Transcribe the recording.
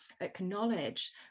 acknowledge